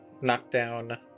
knockdown